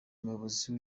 umuyobozi